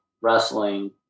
wrestling